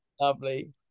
Lovely